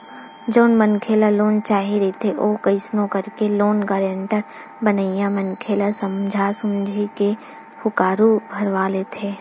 जउन मनखे ल लोन चाही रहिथे ओ कइसनो करके लोन गारेंटर बनइया मनखे ल समझा सुमझी के हुँकारू भरवा लेथे